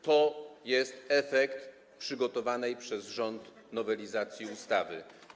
To jest efekt przygotowanej przez rząd nowelizacji ustawy.